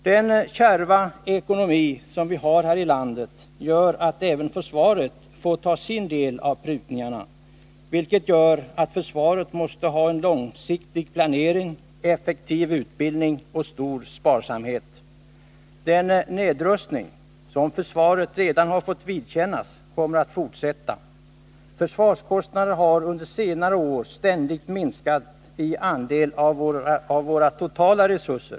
Den kärva ekonomi som vi har här i landet gör att även försvaret får ta sin del av prutningarna, vilket medför att försvaret måste ha en långsiktig planering och effektiv utbildning samt visa stor sparsamhet. Den nedrustning som försvaret redan har fått vidkännas kommer att fortsätta. Försvarskostnaderna har under senare år ständigt minskat i andel av våra totala resurser.